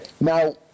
Now